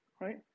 right